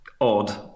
odd